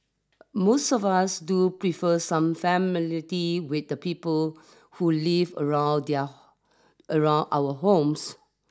most of us do prefer some familiarity with the people who live around their around our homes